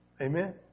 Amen